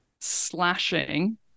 slashing